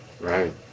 Right